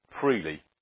freely